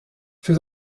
für